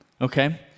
okay